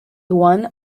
one